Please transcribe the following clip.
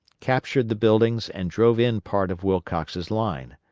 captured the buildings and drove in part of wilcox's line.